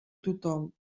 tothom